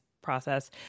process